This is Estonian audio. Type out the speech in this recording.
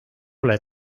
ole